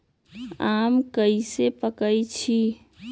आम कईसे पकईछी?